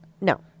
No